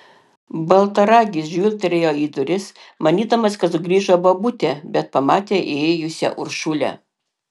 baltaragis žvilgtelėjo į duris manydamas kad sugrįžo bobutė bet pamatė įėjusią uršulę